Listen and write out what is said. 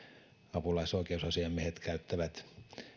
apulaisoikeusasiamiehet käyttävät